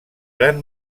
gran